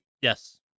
Yes